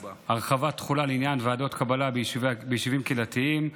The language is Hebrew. (הרחבת תחולה לעניין ועדות קבלה ביישובים קהילתיים),